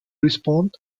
respond